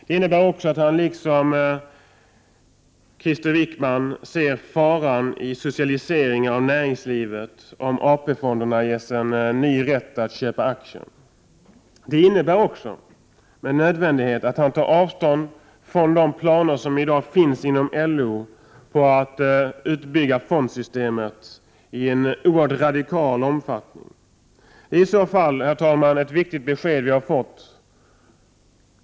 Det innebär att finansministern, liksom Krister Wickman, ser faran i en socialisering av näringslivet om AP-fonderna ges en ny rätt att köpa aktier. Det innebär också med nödvändighet att finansministern tar avstånd från de planer som i dag finns inom LO på att bygga ut fondsystemet i en oerhört radikal omfattning. Det är i så fall, herr talman, ett viktigt besked vi har fått.